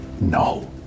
no